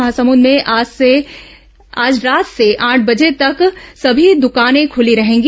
महासमुंद में आज से रात आठ बजे तक सभी दुकानें खुली रहेंगी